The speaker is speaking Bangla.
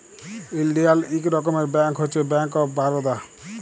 ইলডিয়াল ইক রকমের ব্যাংক হছে ব্যাংক অফ বারদা